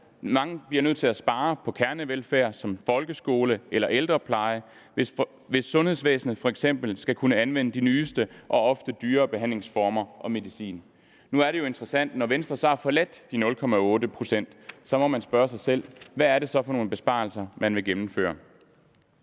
mange bliver nødt til at spare på kernevelfærd som folkeskole eller ældrepleje, hvis sundhedsvæsenet f.eks. skal kunne anvende de nyeste og ofte dyrere behandlingsformer og medicin. Nu er det jo interessant, at Venstre har forladt de 0,8 pct. Så må man spørge sig selv: Hvad er det så for nogle besparelser, man vil gennemføre?